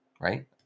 right